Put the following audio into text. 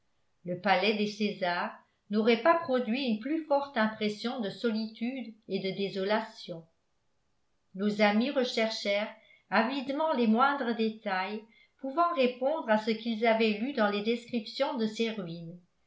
le cœur le palais des césars n'aurait pas produit une plus forte impression de solitude et de désolation nos amis recherchèrent avidement les moindres détails pouvant répondre à ce qu'ils avaient lu dans les descriptions de ces ruines